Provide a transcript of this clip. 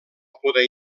poder